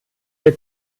wir